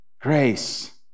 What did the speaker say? Grace